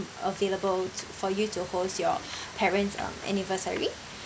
available to for you to host your parents' um anniversary